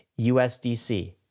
USDC